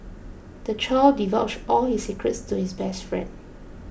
the child divulged all his secrets to his best friend